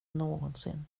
någonsin